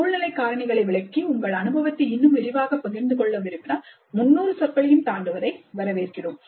சூழ்நிலைக் காரணிகளை விளக்கி உங்கள் அனுபவத்தை இன்னும் விரிவாகப் பகிர்ந்து கொள்ள விரும்பினால் 300 சொற்களையும் தாண்டுவதை வரவேற்கிறோம்